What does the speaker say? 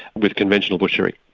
with conventional butchery.